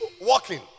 walking